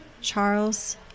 Charles